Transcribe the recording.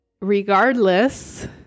regardless